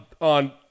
on